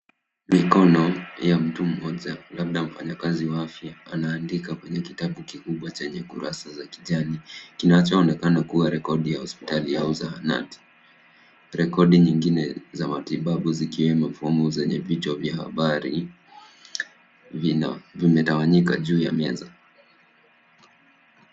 Mikono ya mtu mmoja labda mfanyakazi wa afya. Anaandika kwenye kitabu kikubwa chenye kurasa za kijani kinachoonekana kuwa rekodi ya hospitali au zahanati. Rekodi nyingine za matibabu zikiwemo fomu zenye vichwa vya habari vimetawanyika juu ya meza.